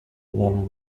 warm